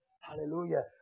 hallelujah